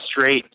straight